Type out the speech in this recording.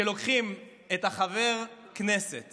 כשלוקחים את חבר הכנסת